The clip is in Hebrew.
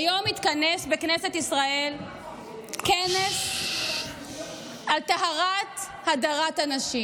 היום התכנס בכנסת ישראל כנס על טהרת הדרת הנשים.